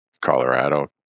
Colorado